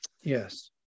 Yes